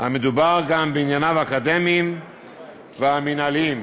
המדובר גם בענייניו האקדמיים וגם בענייניו המינהליים,